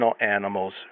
animals